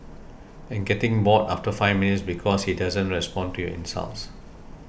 and getting bored after five minutes because he doesn't respond to your insults